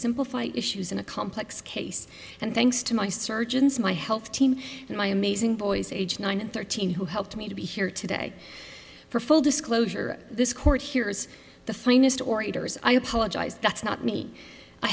simplify issues in a complex case and thanks to my surgeons my health team and my amazing boys aged nine and thirteen who helped me to be here today for full disclosure this court hears the finest orators i apologize that's not me i